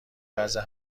وضع